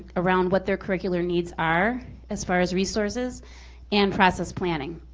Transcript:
around what their curricular needs are as far as resources and process planning.